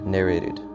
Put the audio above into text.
Narrated